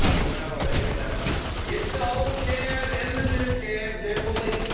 ah we know what asap means. get the old shed in the new shed. then we'll eat.